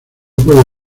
puedes